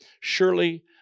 surely